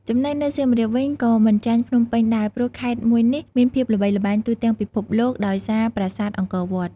ចំណែកនៅសៀមរាបវិញក៏មិនចាញ់ភ្នំពេញដែរព្រោះខេត្តមួយនេះមានភាពល្បីល្បាញទូទាំងពិភពលោកដោយសារប្រាសាទអង្គរវត្ត ។